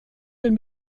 den